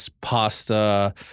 Pasta